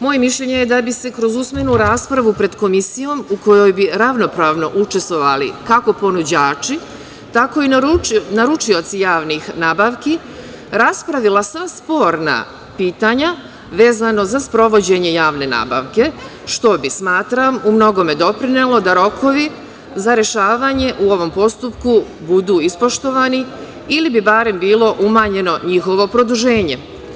Moje mišljenje je da bi se kroz usmenu raspravu pred Komisijom, u kojoj bi ravnopravno učestvovali kako ponuđači, tako i naručioci javnih nabavki, raspravila sva sporna pitanja vezano za sprovođenje javne nabavke što bi, smatram, u mnogome doprinelo da rokovi za rešavanje u ovom postupku budu ispoštovani ili bi barem bilo umanjeno njihovo produženje.